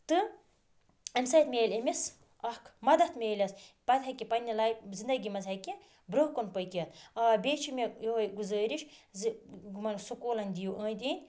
تہٕ اَمہِ سۭتۍ میلہِ أمِس اَکھ مدد میلٮ۪س پَتہٕ ہیٚکہِ یہِ پَننہِ لایفہِ زندگی مَنٛز ہیٚکہِ برونٛہہ کُن پٔکِتھ آ بیٚیہِ چھُ مےٚ یُہاے گزٲرِس زِ یِمَن سُکولَن دِیِو أندۍ أندۍ